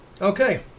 Okay